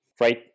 right